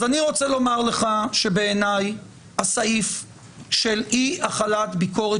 אז אני רוצה לומר לך שבעיניי הסעיף של אי-החלת ביקורת